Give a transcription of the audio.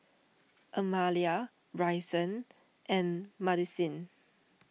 Amalia Bryson and Madisyn